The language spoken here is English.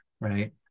right